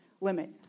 limit